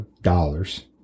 dollars